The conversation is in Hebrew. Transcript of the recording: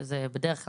בדרך כלל,